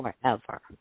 forever